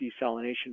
desalination